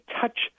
touch